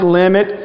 limit